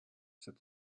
said